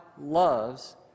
loves